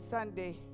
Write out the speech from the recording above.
Sunday